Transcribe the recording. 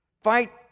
Fight